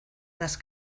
las